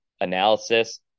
analysis